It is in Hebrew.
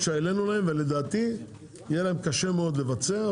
לדעתי יהיה להם קשה מאוד לבצע,